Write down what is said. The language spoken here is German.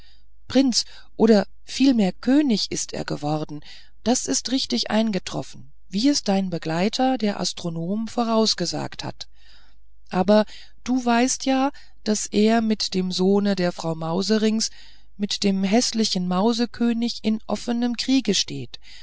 prinz oder vielmehr könig ist er geworden das ist richtig eingetroffen wie es dein begleiter der astronom vorausgesagt hat aber du weißt es ja daß er mit dem sohne der frau mauserinks mit dem häßlichen mausekönig in offnem kriege steht